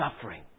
suffering